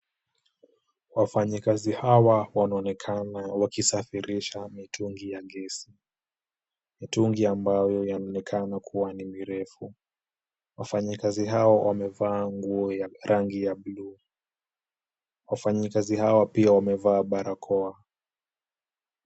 Wafanyikazi hawa wanaonekana wakisafirisha mitungi ya gesi. Mitungi ambayo yaonekana kuwa ni mirefu. Wafanyikazi hawa wamevaa nguo ya rangi ya blue . Wafanyikazi hawa pia wamevaa barakoa.